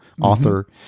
author